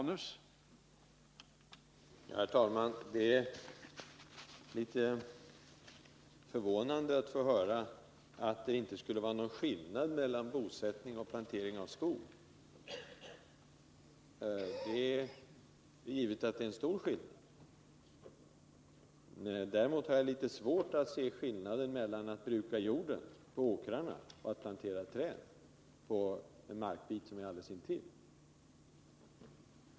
Herr talman! Det är litet förvånande att få höra att det inte skulle vara någon skillnad mellan bosättning och plantering av skog. Det är givet att det är en stor skillnad. Däremot har jag litet svårt att se skillnad mellan att bruka åkerjorden och att plantera träd på en markbit alldeles intill.